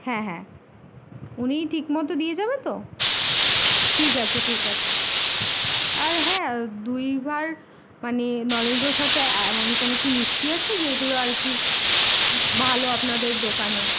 হ্যাঁ হ্যাঁ উনি ঠিক মতো দিয়ে যাবে তো ঠিক আছে ঠিক আছে আর হ্যাঁ দুই ভাঁড় মানে নলেনগুড়ের সাথে অ্যা এমন কোনো কি মিষ্টি আছে যেইগুলো আর কি ভালো আপনাদের দোকানে